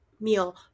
meal